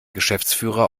geschäftsführer